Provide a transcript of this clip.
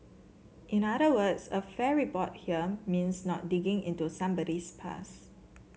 in other words a fair report here means not digging into somebody's past